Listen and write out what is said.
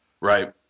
Right